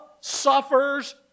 suffers